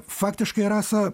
faktiškai rasa